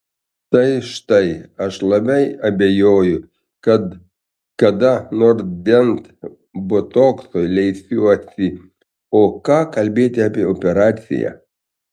tai štai aš labai abejoju kad kada nors bent botokso leisiuosi o ką kalbėti apie operaciją